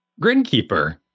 Grinkeeper